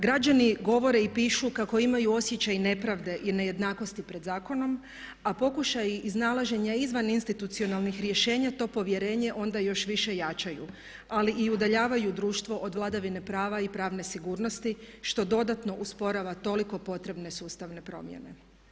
Građani govore i pišu kako imaju osjećaj nepravde i nejednakosti pred zakonom a pokušaj iznalaženja izvaninstitucionalnih rješenja to povjerenje onda još više jačaju ali i udaljavaju društvo od vladavine prava i pravne sigurnosti što dodatno usporava toliko potrebne sustavne promjene.